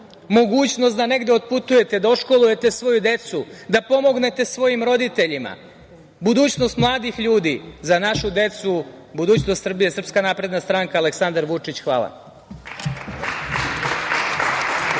mogućnost da negde otputujete, da iškolujete svoju decu, da pomognete svojim roditeljima. Budućnost mladih ljudi, za našu decu, budućnost Srbije, SNS Aleksandar Vučić. Hvala.